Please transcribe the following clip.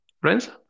friends